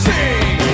Sing